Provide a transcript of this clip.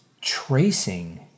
tracing